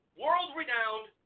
world-renowned